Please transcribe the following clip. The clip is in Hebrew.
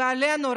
ועלינו,